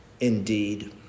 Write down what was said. indeed